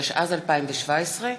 התשע"ז 2017,